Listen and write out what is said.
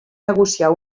negociar